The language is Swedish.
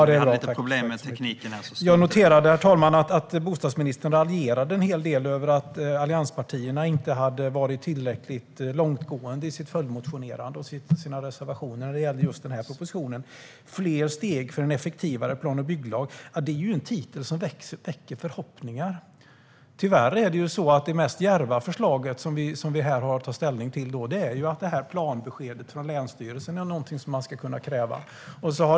Herr talman! Jag noterade att bostadsministern raljerade en hel del över att allianspartierna inte hade varit tillräckligt långtgående i sitt följdmotionerande och sina reservationer när det gäller just den här propositionen med titeln Fler steg för en effektivare plan och bygglag . Det är en titel som väcker förhoppningar. Tyvärr är det mest djärva förslaget som vi ska ta ställning till här att planbeskedet från länsstyrelsen är någonting som man ska kunna kräva.